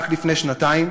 רק לפני שנתיים